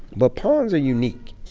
but pawns are unique.